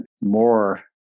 more